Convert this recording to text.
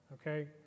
okay